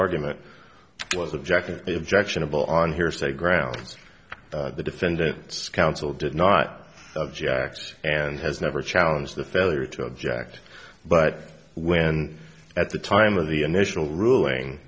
argument was objecting to the objectionable on hearsay grounds the defendant's counsel did not object and has never challenge the failure to object but when at the time of the initial ruling